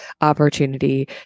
opportunity